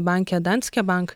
banke danske bank